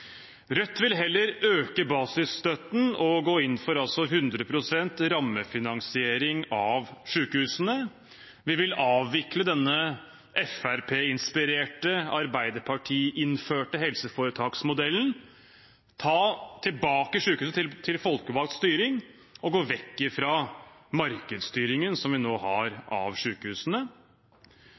Rødt vil heller øke basisstøtten og gå inn for 100 pst. rammefinansiering av sykehusene. Vi vil avvikle denne Fremskrittsparti-inspirerte og Arbeiderparti-innførte helseforetaksmodellen, ta sykehusene tilbake til folkevalgt styring og gå vekk fra markedsstyringen, som vi nå har, av